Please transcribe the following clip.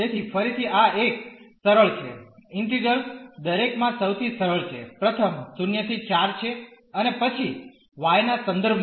તેથી ફરીથી આ એક સરળ છે ઈન્ટિગ્રલ દરેકમાં સૌથી સરળ છે પ્રથમ 0 ¿4 છે અને પછી y ના સંદર્ભમાં